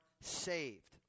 saved